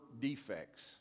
defects